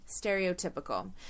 stereotypical